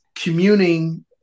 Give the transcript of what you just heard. Communing